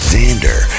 Xander